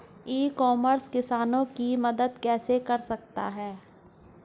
ई commerce किसानों की मदद कैसे कर सकता है?